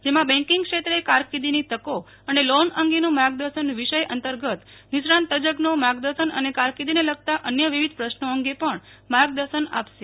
જેમાં બેકીંગ ક્ષેત્રે કારકિર્દીની તકો અને લોન અંગેનું માર્ગદર્શન વિષય અંતર્ગત નિષ્ણાત તજશ્રો માર્ગદર્શન અને કારકિર્દીને લગતા અન્ય વિવિધ પ્રશ્નો અંગે પણ માર્ગદર્શન આપશે